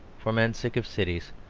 for men sick of cities,